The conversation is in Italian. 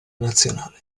nazionale